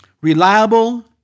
reliable